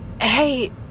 Hey